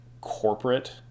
corporate